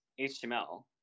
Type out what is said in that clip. HTML